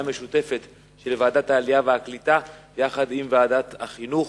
משותפת של ועדת העלייה והקליטה ושל ועדת החינוך.